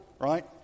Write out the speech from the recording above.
right